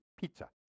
pizza